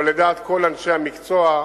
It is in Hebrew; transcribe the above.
אבל לדעת כל אנשי המקצוע,